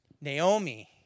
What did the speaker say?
Naomi